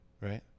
right